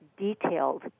detailed